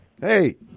Hey